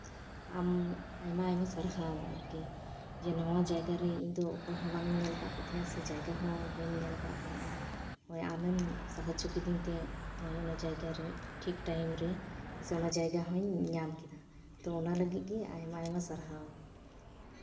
ᱟᱢ ᱟᱭᱢᱟ ᱟᱭᱢᱟ ᱥᱟᱨᱦᱟᱣ ᱟᱨᱠᱤ ᱡᱮ ᱱᱚᱣᱟ ᱡᱟᱭᱜᱟ ᱨᱮ ᱤᱧ ᱫᱚ ᱚᱠᱚᱭ ᱦᱚᱸ ᱵᱟᱝ ᱤᱧ ᱧᱮᱞ ᱠᱟᱜ ᱠᱚ ᱛᱟᱦᱮᱸᱜ ᱥᱮ ᱡᱟᱭᱜᱟ ᱦᱚᱸ ᱵᱟᱹᱧ ᱧᱮᱞ ᱠᱟᱜ ᱛᱟᱦᱮᱱᱟ ᱟᱢᱮᱢ ᱥᱟᱦᱟᱡᱽᱡᱚ ᱠᱮᱫᱤᱧ ᱛᱮ ᱤᱧ ᱚᱱᱟ ᱡᱟᱭᱜᱟᱨᱮ ᱴᱷᱤᱠ ᱴᱟᱭᱤᱢ ᱨᱮ ᱥᱮ ᱚᱱᱟ ᱡᱟᱭᱜᱟ ᱦᱚᱸᱧ ᱧᱟᱢ ᱠᱮᱫᱟ ᱛᱚ ᱚᱱᱟ ᱞᱟᱹᱜᱤᱫ ᱜᱮ ᱟᱭᱢᱟ ᱟᱭᱢᱟ ᱥᱟᱨᱦᱟᱣ